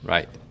Right